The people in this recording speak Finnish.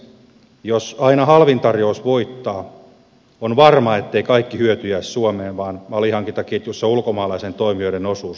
jos aina halvin tarjous voittaa on varma ettei kaikki hyöty jää suomeen vaan alihankintaketjussa ulkomaalaisten toimijoiden osuus on merkittävä